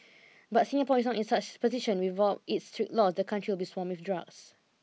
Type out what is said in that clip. but Singapore is not in such a position without its strict laws the country would be swamped with drugs